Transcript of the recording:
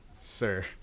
Sir